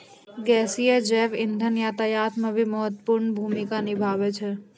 गैसीय जैव इंधन यातायात म भी महत्वपूर्ण भूमिका निभावै छै